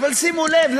אבל שימו לב,